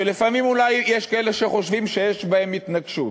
שלפעמים אולי יש כאלה שחושבים שיש ביניהם התנגשות,